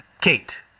Kate